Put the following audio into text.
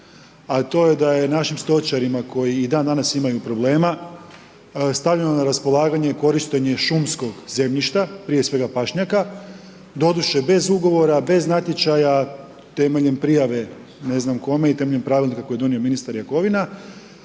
a to je da je našim stočarima koji i dan danas imaju problema, stavljeno na raspolaganje korištenje šumskog zemljišta, prije svega pašnjaka. Doduše, bez ugovora, bez natječaja temeljem prijave ne znam kome i temeljem pravilnika koji je donio ministar Jakovina.